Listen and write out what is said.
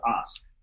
ask